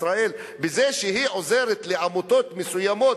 ישראל בזה שהיא עוזרת לעמותות מסוימות,